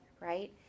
right